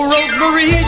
Rosemary